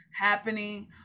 happening